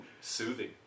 soothing